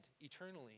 eternally